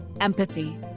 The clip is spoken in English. empathy